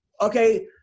Okay